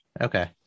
Okay